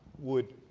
would